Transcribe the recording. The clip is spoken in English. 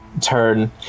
turn